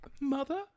Mother